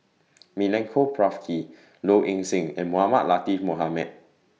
Milenko Prvacki Low Ing Sing and Mohamed Latiff Mohamed